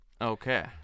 Okay